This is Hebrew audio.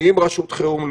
יחד עם רשות חירום לאומית,